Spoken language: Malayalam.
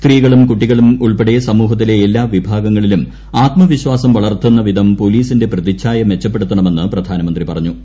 സ്ത്രീകളും കുട്ടികളും ഉൾപ്പെടെ സമൂഹത്തിലെ എല്ലാ വിഭാഗങ്ങളിലും ആത്മവിശ്വാസം വളർത്തുന്ന വിധം പോലീസിന്റെ പ്രതിച്ഛായ മെച്ചപ്പെടുത്തണമെന്ന് പ്രധാനമന്ത്രി പറഞ്ഞു